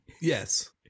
Yes